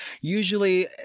Usually